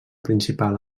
principal